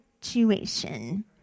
situation